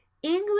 English